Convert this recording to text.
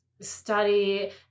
study